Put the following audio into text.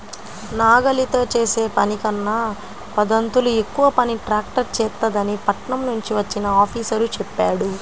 నాగలితో చేసే పనికన్నా పదొంతులు ఎక్కువ పని ట్రాక్టర్ చేత్తదని పట్నం నుంచి వచ్చిన ఆఫీసరు చెప్పాడు